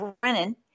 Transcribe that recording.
Brennan